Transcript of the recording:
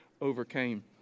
overcame